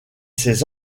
ses